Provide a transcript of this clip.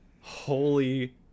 Holy